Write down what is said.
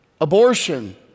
abortion